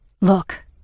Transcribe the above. Look